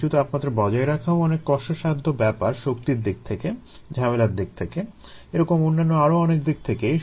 উচ্চ তাপমাত্রা বজায় রাখাও অনেক কষ্টসাধ্য ব্যাপার শক্তির দিক থেকে ঝামেলার দিক থেকে এরকম অন্যান্য আরো অনেক দিক থেকেই